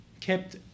kept